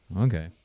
Okay